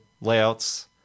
layouts